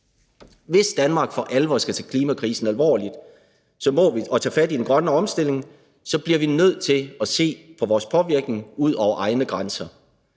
Hvis Danmark for alvor skal tage klimakrisen alvorligt og tage fat i den grønne omstilling, BUPL i nødt til at se på vores påvirkning ud over egne grænser.